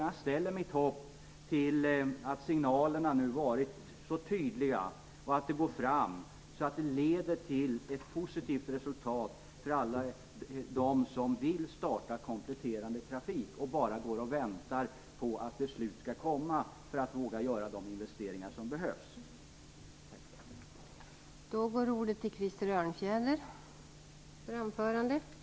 Jag ställer mitt hopp till att signalerna nu har varit tydliga och gått fram, och att det leder till ett positivt resultat för alla dem som vill starta kompletterande trafik och som bara väntar på att beslut skall komma för att de skall våga göra de investeringar som behövs.